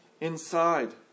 inside